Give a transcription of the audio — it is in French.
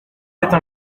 êtes